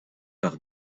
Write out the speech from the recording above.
par